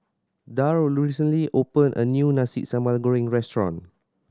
Darl recently opened a new Nasi Sambal Goreng restaurant